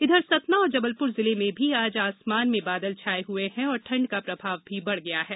इधर सतना और जबलपुर जिले में भी आज आसमान में बादल छाए हुए हैं और ठंड का प्रभाव भी बढ़ रहा है